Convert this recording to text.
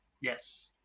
Yes